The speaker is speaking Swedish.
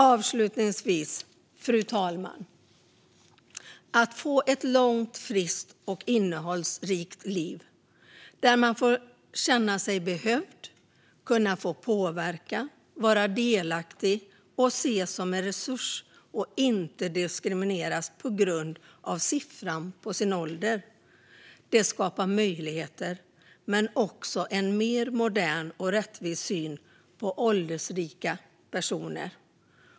Avslutningsvis, fru talman: Att få ett långt, friskt och innehållsrikt liv, där man får känna sig behövd, kan påverka och vara delaktig och ses som en resurs och inte diskrimineras på grund av siffran på sin ålder, skapar möjligheter men också en mer modern och rättvis syn på åldersrika personer.